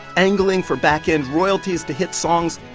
angling for back-end royalties to hit songs,